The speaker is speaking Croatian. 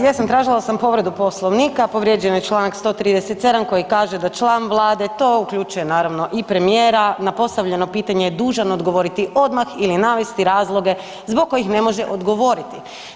Jesam, tražila sam povredu Poslovnika, povrijeđen je čl. 137. koji kaže da član vlade, to uključuje naravno i premijera, na postavljeno pitanje je dužan odgovoriti odmah ili navesti razloge zbog kojih ne može odgovoriti.